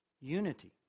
unity